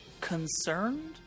concerned